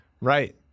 Right